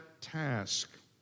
task